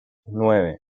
nueve